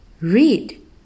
Read